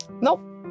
nope